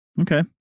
Okay